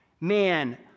man